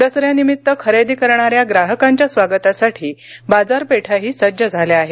दसऱ्यानिमित्त खरेदी करणाऱ्या ग्राहकांच्या स्वागतासाठी बाजारपेठाही सज्ज झाल्या आहेत